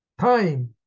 time